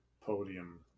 podium